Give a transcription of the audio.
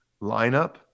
lineup